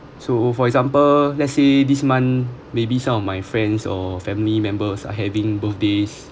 so for example let's say this month maybe some of my friends or family members are having birthdays